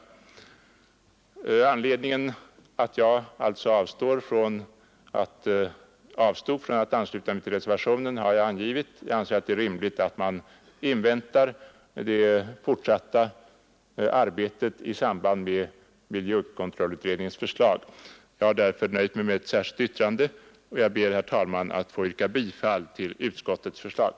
Anledningen till att jag avstod från att ansluta mig till reservationen har jag angivit. Jag anser det rimligt att man inväntar det fortsatta arbetet i samband med miljökontrollutredningens förslag. Jag har därför nöjt mig med ett särskilt yttrande, och jag ber, herr talman, att få yrka bifall till utskottets hemställan.